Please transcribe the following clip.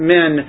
Men